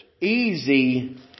easy